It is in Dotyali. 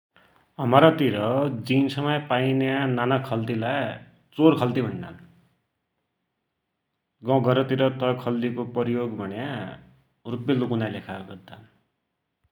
हमरातिर जिन्समा पाइन्या नाना खल्ती लाइ चोर खल्ती भुण्णान। गौघर तिर तै खल्तीको प्रयोग भुण्या रूप्या लुकुनाकी गद्दान।